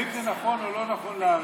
אם זה נכון או לא נכון להעביר.